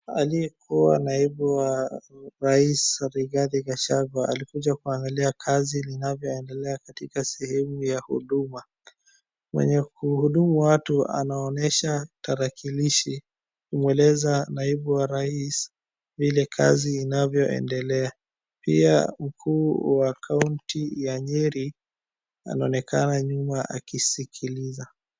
Aliyekuwa naibu wa rais Rigathe Gachagua alikuja kuangalia kazi inavyoendelea katika sehemu ya huduma. Mwenye kuhudumu watu anaonyesha tarakirishi kumweleza naibu wa rais vile kazi inavyoendelea pia mkuu wa kaunti ya Nyeri anaonekana nyuma akisikiliza.